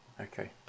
Okay